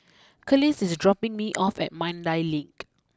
Kelis is dropping me off at Mandai Lake